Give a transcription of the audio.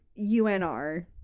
UNR